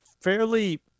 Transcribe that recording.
fairly